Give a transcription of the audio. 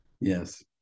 Yes